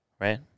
right